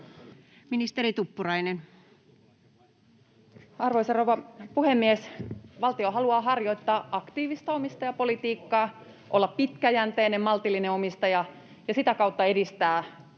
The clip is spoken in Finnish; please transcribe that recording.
Ministeri Tuppurainen. Arvoisa rouva puhemies! Valtio haluaa harjoittaa aktiivista omistajapolitiikkaa, olla pitkäjänteinen, maltillinen omistaja ja sitä kautta edistää